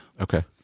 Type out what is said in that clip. Okay